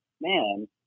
man